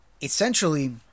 essentially